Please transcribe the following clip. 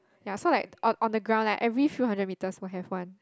ya so like on on the ground like every few metres will have one